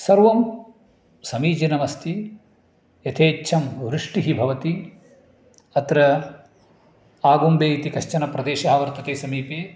सर्वं समीचीनमस्ति यथेच्छं वृष्टिः भवति अत्र आगुम्बे इति कश्चन प्रदेशः वर्तते समीपे